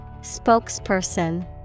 Spokesperson